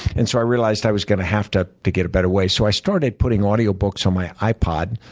and so i realized i was going to have to to get a better way. so i started putting audio books on my ipod.